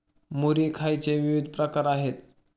मुरी खायचे विविध प्रकार आहेत